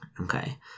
okay